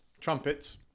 Trumpets